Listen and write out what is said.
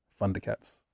Thundercats